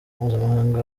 mpuzamahanga